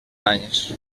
anys